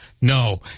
No